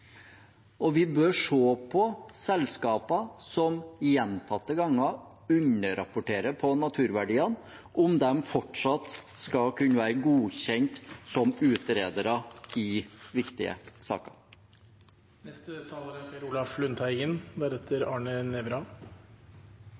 Vi bør se på om selskaper som gjentatte ganger underrapporterer på naturverdiene, fortsatt skal kunne være godkjent som utredere i viktige saker. Det er